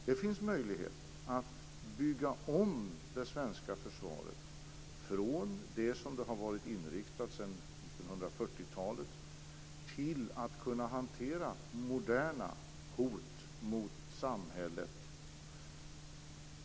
Det finns möjlighet att bygga om det svenska försvaret från det som det har varit inriktat på sedan 1940-talet till att kunna hantera moderna hot mot samhället.